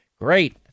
Great